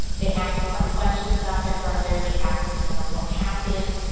they ask a lot questions about their brother. they ask, you know, what happened.